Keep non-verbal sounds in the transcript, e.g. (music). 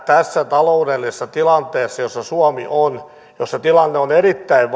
tässä taloudellisessa tilanteessa jossa suomi on jossa tilanne on erittäin (unintelligible)